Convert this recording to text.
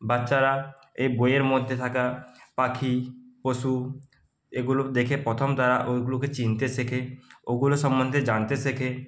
বাচ্চারা এই বইয়ের মধ্যে থাকা পাখি পশু এগুলো দেখে প্রথম তারা ওইগুলোকে চিনতে শেখে ওগুলো সম্বন্ধে জানতে শেখে